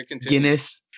Guinness